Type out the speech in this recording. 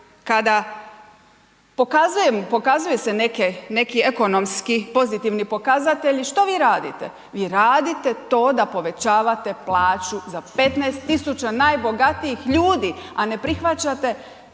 pokazuju se neki ekonomski pozitivni pokazatelji, što vi radite? Vi radite to da povećavate plaću za 15 tisuća najbogatijih ljudi a ne prihvaćate,